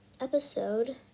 episode